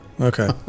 Okay